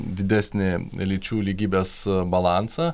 didesnį lyčių lygybės balansą